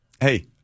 hey